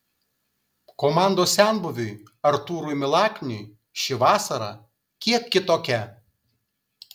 komandos senbuviui artūrui milakniui ši vasara kiek kitokia